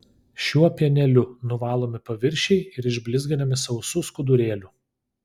šiuo pieneliu nuvalomi paviršiai ir išblizginami sausu skudurėliu